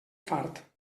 fart